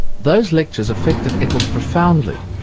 those lectures affected eccles profoundly,